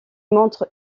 montre